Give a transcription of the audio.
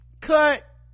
cut